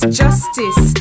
justice